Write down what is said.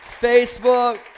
Facebook